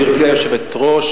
גברתי היושבת-ראש,